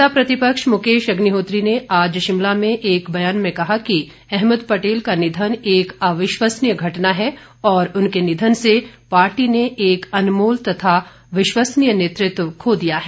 नेता प्रतिपक्ष मुकेश अग्निहोत्री ने आज शिमला में एक बयान में कहा कि अहमद पटेल का निधन एक अविश्वसनीय घटना है और उनके निधन से पार्टी ने एक अनमोल तथा विश्वसनीय नेतृत्व खो दिया है